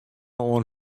oan